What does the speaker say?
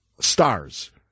stars